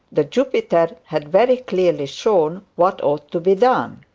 the jupiter had very clearly shown what ought to be done.